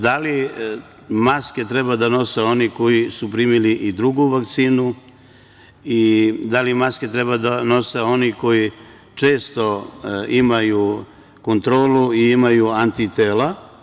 Da li maske treba da nose oni koji su primili i drugu vakcinu i da li maske treba da nose oni koji često imaju kontrolu i imaju antitela?